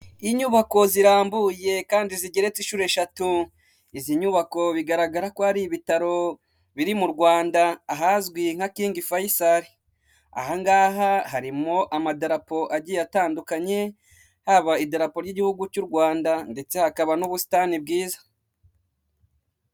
Inyubako zirambuye kandi zigeretse inshuro eshatu, izi nyubako bigaragara ko ari ibitaro biri mu Rwanda ahazwi nka kingi fayisali, ahangaha harimo amadarapo agiye atandukanye haba idarapo ry'igihugu cy'u Rwanda ndetse hakaba n'ubusitani bwiza.